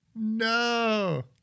No